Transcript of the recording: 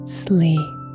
sleep